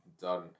done